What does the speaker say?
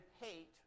hate